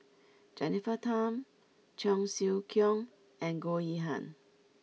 Jennifer Tham Cheong Siew Keong and Goh Yihan